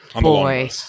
boy